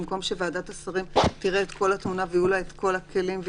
במקום שלוועדת השרים תהיה כל התמונה ויהיו לה את כל הכלים?